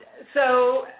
so,